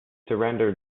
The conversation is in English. surrendered